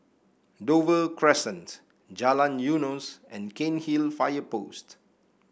Dover Crescent Jalan Eunos and Cairnhill Fire Post